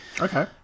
Okay